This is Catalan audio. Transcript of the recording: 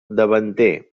davanter